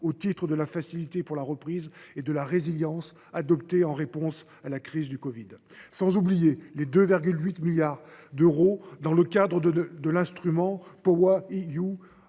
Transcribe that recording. au titre de la facilité pour la reprise et de la résilience, adopté en réponse à la crise de la covid, sans oublier les 2,8 milliards d’euros dans le cadre de l’instrument REPowerEU,